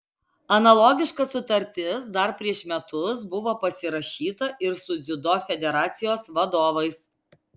analogiška sutartis dar prieš metus buvo pasirašyta ir su dziudo federacijos vadovais